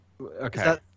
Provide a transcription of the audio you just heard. Okay